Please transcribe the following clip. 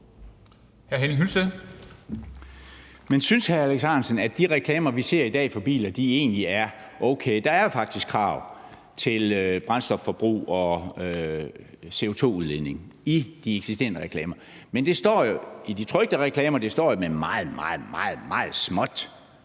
Ahrendtsen, at de reklamer, vi ser i dag for biler egentlig er okay? Der er faktisk krav til brændstofforbrug og CO2-udledning i de eksisterende reklamer, men i de trykte reklamer står det meget, meget småt